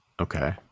Okay